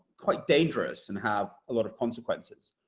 quite dangerous and have a lot of consequences.